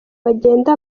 bagenda